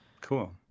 Cool